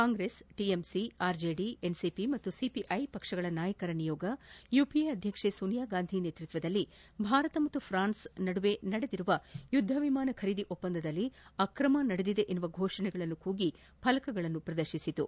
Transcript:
Congress TMC RJD NCP ಮತ್ತು CPI ಪಕ್ಷಗಳ ನಾಯಕರ ನಿಯೋಗ ಯುಪಿಎ ಅಧ್ಯಕ್ಷೆ ಸೋನಿಯಾ ಗಾಂಧಿ ನೇತೃತ್ವದಲ್ಲಿ ಭಾರತ ಮತ್ತು ಫ್ರಾನ್ಸ್ ನಡುವೆ ನಡೆದಿರುವ ಯುದ್ದ ವಿಮಾನ ಖರೀದಿ ಒಪ್ಪಂದದಲ್ಲಿ ಅಕ್ರಮ ನಡೆದಿದೆ ಎನ್ನುವ ಘೋಷಣೆಗಳನ್ನು ಕೂಗಿ ಫಲಕಗಳನ್ನು ಪ್ರದರ್ಶಿಸಿತು